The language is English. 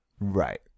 Right